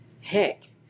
heck